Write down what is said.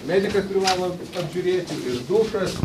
medikas privalo apžiūrėti dušas